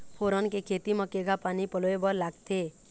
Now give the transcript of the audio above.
फोरन के खेती म केघा पानी पलोए बर लागथे?